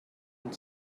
and